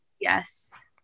yes